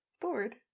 Bored